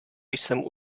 jsem